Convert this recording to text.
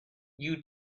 you